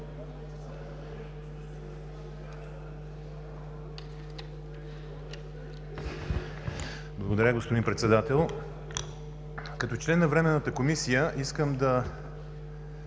Благодаря, господин Председател. Като член на Временната комисия искам да